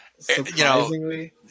Surprisingly